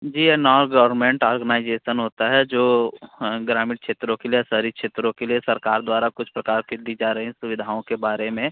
जी ये non government organisation होता है जो ग्रामीण क्षेत्रों के लिए शहरी क्षेत्रों के लिए सरकार द्वारा कुछ प्रकार के दी जा रही सुविधाओं के बारे में